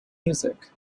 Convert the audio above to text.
music